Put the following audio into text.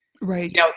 Right